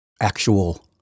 actual